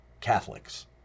Catholics